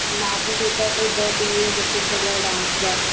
मां त सोचा पइ ॿ पीरियड रखे छॾियां डांस जा